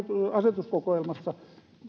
säädöskokoelmasta